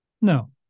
no